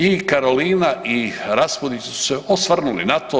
I Karolina i Raspudić su se osvrnuli na to.